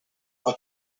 but